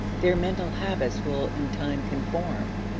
their mental habits will in time conform.